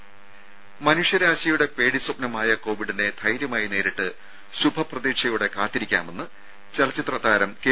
രും മനുഷ്യരാശിയുടെ പേടിസ്വപ്നമായ കോവിഡിനെ ധൈര്യമായി നേരിട്ട് ശുഭ പ്രതീക്ഷയോടെ കാത്തിരിക്കാമെന്ന് ചലച്ചിത്ര താരം കെ